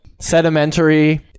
sedimentary